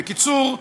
בקיצור,